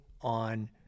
on